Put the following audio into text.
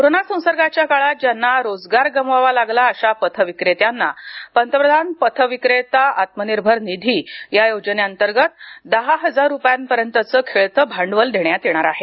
corona संसर्गाच्या काळात ज्यांना रोजगार गमवावा लागला अशा पथ विक्रेत्यांना पंतप्रधान पथ विक्रेता आत्मनिर्भर निधी या योजनेअंतर्गत दहा हजार रुपयापर्यंतचं खेळतं भांडवल देण्यात येणार आहे